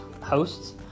hosts